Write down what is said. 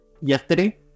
yesterday